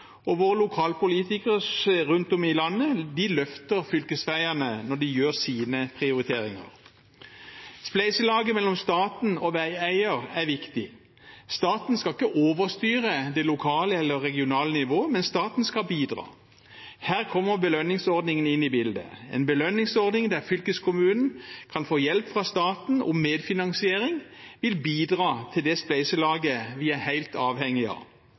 og våre lokalpolitikere rundt om i landet løfter fylkesveiene når de gjør sine prioriteringer. Spleiselaget mellom staten og veieier er viktig. Staten skal ikke overstyre det lokale eller regionale nivå, men staten skal bidra. Her kommer belønningsordningen inn i bildet – en belønningsordning der fylkeskommunen kan få hjelp fra staten, og medfinansiering vil bidra til det spleiselaget vi er helt avhengig av.